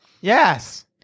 Yes